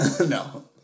No